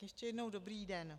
Tak ještě jednou dobrý den.